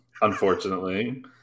Unfortunately